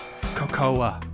Cocoa